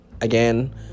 Again